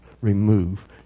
remove